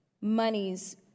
monies